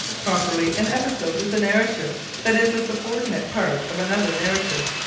properly, an episode is a narrative that is a subordinate part of another narrative.